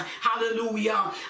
Hallelujah